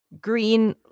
green